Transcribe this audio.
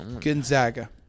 Gonzaga